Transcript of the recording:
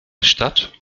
stadt